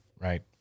Right